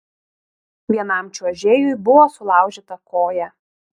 vienam čiuožėjui buvo sulaužyta koja